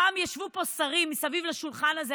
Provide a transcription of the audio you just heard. פעם ישבו פה שרים מסביב לשולחן הזה,